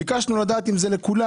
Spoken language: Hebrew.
ביקשנו לדעת אם זה לכולם.